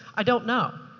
i don't know,